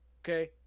Okay